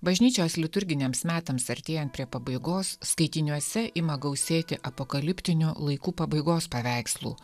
bažnyčios liturginiams metams artėjant prie pabaigos skaitiniuose ima gausėti apokaliptinių laikų pabaigos paveikslų